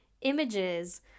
images